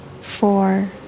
four